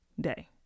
day